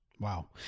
Wow